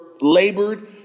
labored